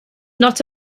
not